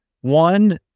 One